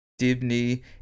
Dibney